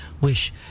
wish